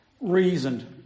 reasoned